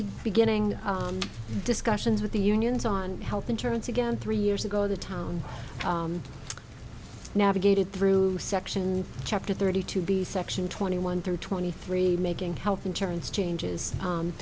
be beginning discussions with the unions on health insurance again three years ago the town navigated through section chapter thirty two b section twenty one through twenty three making health insurance changes